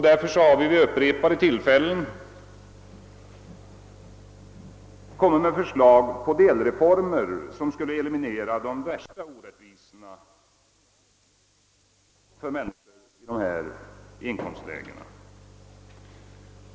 Därför har vi vid upprepade tillfällen lagt fram förslag om delreformer som skulle kunna eliminera de värsta orättvisorna för människor i dessa inkomstgrupper.